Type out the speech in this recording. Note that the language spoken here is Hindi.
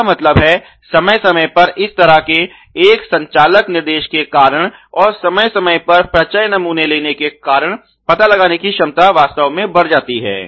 इसका मतलब है समय समय पर इस तरह के एक संचालक निर्देश के कारण और समय समय पर प्रचय नमूने लेने के कारण पता लगाने की क्षमता वास्तव में बढ़ जाती है